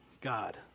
God